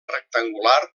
rectangular